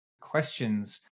questions